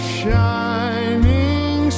shining